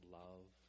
love